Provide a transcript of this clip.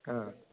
हां